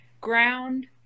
ground